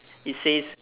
it says